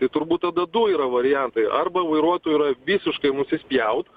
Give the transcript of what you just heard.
tai turbūt tada du yra variantai arba vairuotojui yra visiškai nusispjaut